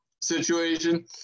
situation